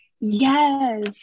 Yes